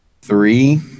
three